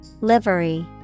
Livery